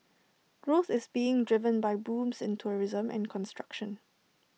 growth is being driven by booms in tourism and construction